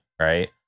right